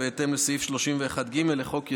החליטה, בהתאם לסעיף 31(ג) לחוק יסוד: